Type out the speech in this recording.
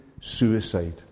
suicide